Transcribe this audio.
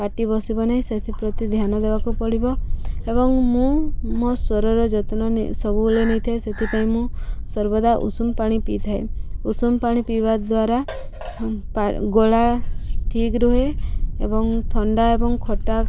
ପାଟି ବସିବ ନାହିଁ ସେଥିପ୍ରତି ଧ୍ୟାନ ଦେବାକୁ ପଡ଼ିବ ଏବଂ ମୁଁ ମୋ ସ୍ୱରର ଯତ୍ନ ସବୁବେଳେ ନେଇଥାଏ ସେଥିପାଇଁ ମୁଁ ସର୍ବଦା ଉଷୁମ ପାଣି ପିଇଥାଏ ଉଷୁମ ପାଣି ପିଇବା ଦ୍ୱାରା ଗଳା ଠିକ ରୁହେ ଏବଂ ଥଣ୍ଡା ଏବଂ ଖଟା